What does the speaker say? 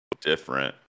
different